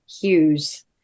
hughes